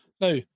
Now